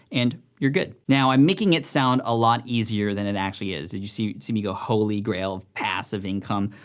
and, you're good. now, i'm making it sound a lot easier than it actually is. did you see see me go holy grail of passive income?